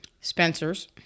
Spencer's